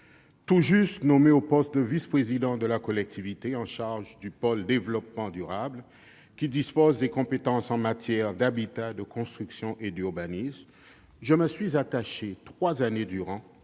Tout juste nommé au poste de vice-président de la collectivité chargé du pôle développement durable, qui est chargé des compétences en matière d'habitat, de construction et d'urbanisme, je me suis attaché, trois années durant,